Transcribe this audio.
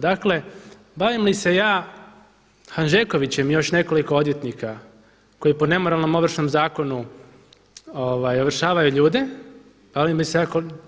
Dakle, bavim li se ja Hanžekovićem i još nekoliko odvjetnika koji po nemoralnom Ovršnom zakonu ovršavaju ljude, a ovdje …